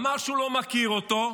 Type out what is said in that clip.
אמר שהוא לא מכיר אותו,